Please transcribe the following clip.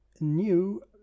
new